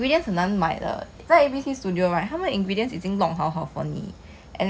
and also right when I 学 already I also never apply at home cause 家里的